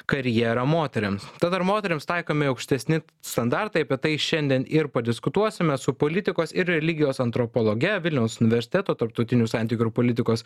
karjerą moterims tad ar moterims taikomi aukštesni standartai apie tai šiandien ir padiskutuosime su politikos ir religijos antropologe vilniaus universiteto tarptautinių santykių ir politikos